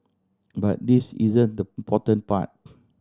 but this isn't the important part